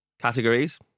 Categories